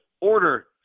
order